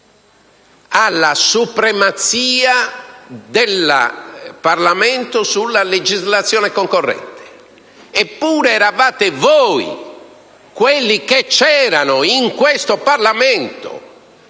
alla supremazia del Parlamento in tema di legislazione concorrente. Eppure eravate voi, quelli che c'erano in questo Parlamento,